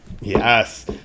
Yes